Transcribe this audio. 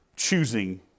choosing